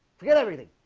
forget everything